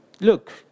look